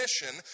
mission